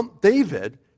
David